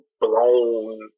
blown